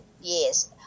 Yes